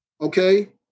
Okay